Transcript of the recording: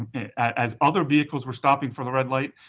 as other vehicles were stopping for the red light,